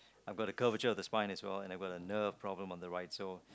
I got a curvature of the spine as well and I got a nerve problem on my right so